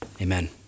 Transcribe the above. amen